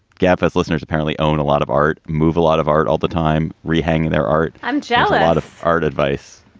japheth listeners apparently own a lot of art, move a lot of art all the time. rehanging their art. i'm challa out of art advice.